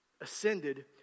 ascended